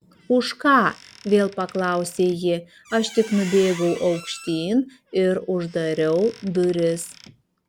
už ką vėl paklausė ji aš tik nubėgau aukštyn ir uždariau duris